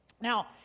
now